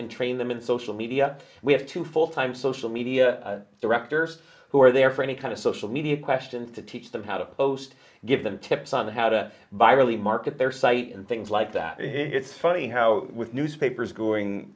and train them in social media with two full time social media directors who are there for any kind of social media questions to teach them how to post give them tips on how to buy really market their site and things like that and it's funny how newspapers going